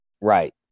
right